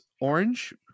orange